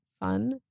fun